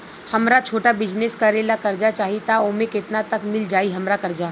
हमरा छोटा बिजनेस करे ला कर्जा चाहि त ओमे केतना तक मिल जायी हमरा कर्जा?